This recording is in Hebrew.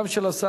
גם של השר,